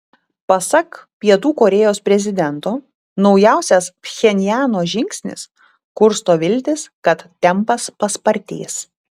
pasak pietų korėjos prezidento naujausias pchenjano žingsnis kursto viltis kad tempas paspartės